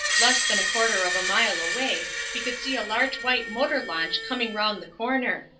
less than a quarter of a mile away we could see a large white motor launch coming round the corner.